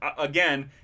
again